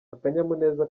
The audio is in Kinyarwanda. akanyamuneza